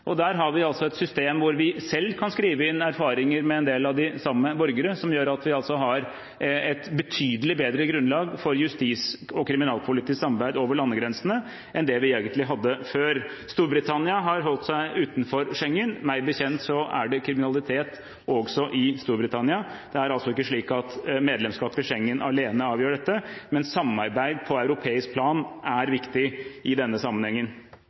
Der har vi et system hvor vi selv kan skrive inn erfaringer med en del av de samme borgere, som gjør at vi har et betydelig bedre grunnlag for justis- og kriminalpolitisk samarbeid over landegrensene enn det vi egentlig hadde før. Storbritannia har holdt seg utenfor Schengen. Meg bekjent er det kriminalitet også i Storbritannia. Det er altså ikke slik at medlemskap i Schengen alene avgjør dette. Men samarbeid på europeisk plan er viktig i denne sammenhengen.